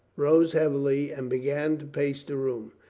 rose heavily and began to pace the room.